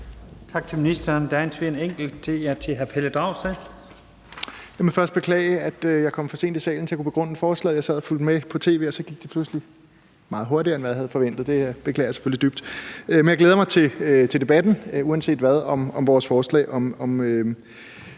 Tak til ministeren. Der er en enkelt kort bemærkning til hr. Pelle Dragsted. Kl. 13:44 Pelle Dragsted (EL): Jeg må først beklage, at jeg kom for sent i salen til at kunne begrunde forslaget. Jeg sad og fulgte med på tv, og så gik det pludselig meget hurtigere, end hvad jeg havde forventet; det beklager jeg selvfølgelig dybt. Men uanset hvad glæder jeg mig til debatten om forslag om